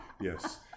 Yes